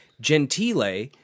Gentile